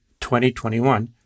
2021